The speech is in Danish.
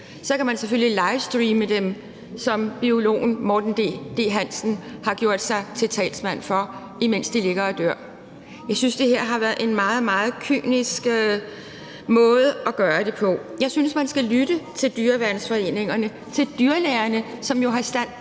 Så kan man selvfølgelig livestreame dem, som biologen Morten D.D. Hansen har gjort sig til talsmand for, imens de ligger og dør. Jeg synes, det her har været en meget, meget kynisk måde at gøre det på. Jeg synes, man skal lytte til dyreværnsforeningerne, til dyrlægerne, som jo har forstand